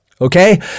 okay